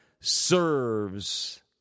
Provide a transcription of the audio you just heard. serves